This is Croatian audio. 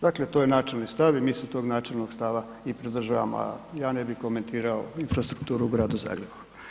Dakle, to je načelni stav i mi se tog načelnog stava i pridržavamo, a ja ne bi komentirao infrastrukturu u Gradu Zagrebu.